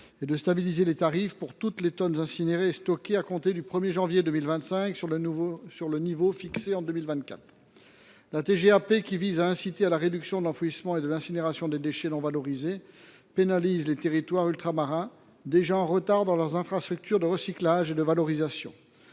et à stabiliser les tarifs pour tous les déchets incinérés et stockés à compter du 1 janvier 2025 au niveau fixé en 2024. La TGAP, qui vise à inciter à la réduction de l’enfouissement et de l’incinération des déchets non valorisés, pénalise les territoires ultramarins, déjà en retard pour leurs infrastructures de recyclage et de valorisation.